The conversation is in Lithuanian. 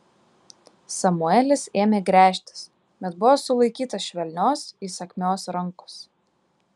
samuelis ėmė gręžtis bet buvo sulaikytas švelnios įsakmios rankos